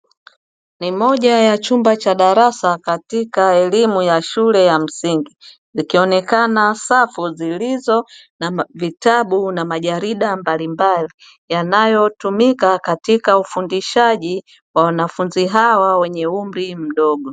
Ni moja ya chumba cha darasa katika elimu ya shule ya msingi, zikionekana safu zilizo na vitabu na majarida mbalimbali, yanayotumika katika ufundishaji wa wanafunzi hawa wenye umri mdogo.